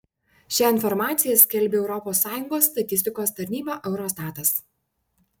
šią informaciją skelbia europos sąjungos statistikos tarnyba eurostatas